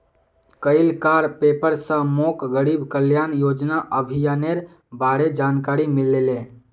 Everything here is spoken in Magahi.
कइल कार पेपर स मोक गरीब कल्याण योजना अभियानेर बारे जानकारी मिलले